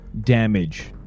damage